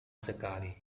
sekali